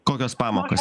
kokias pamokas